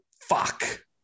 fuck